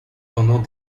pendant